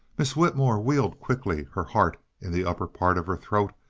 miss whitmore wheeled quickly, her heart in the upper part of her throat,